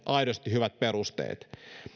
aidosti hyvät perusteet